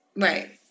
right